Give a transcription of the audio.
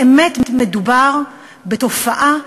באמת מדובר בתופעה,